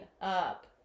up